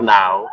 now